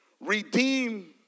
redeem